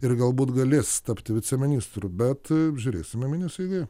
ir galbūt galės tapti viceministru bet žiūrėsime mėnesio eigoje